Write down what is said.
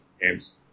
games